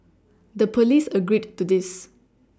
the police agreed to this